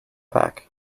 back